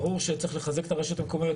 ברור שצריך לחזק את הרשויות המקומיות,